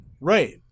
Right